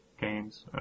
games